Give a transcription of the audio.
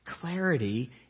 clarity